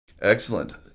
Excellent